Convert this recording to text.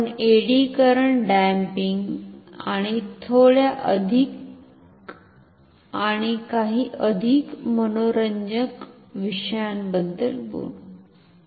आपण eddy current damping आणि थोड्या अधिक आणि काही अधिक मनोरंजक विषयांबद्दल बोलू